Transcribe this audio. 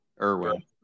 Irwin